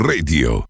Radio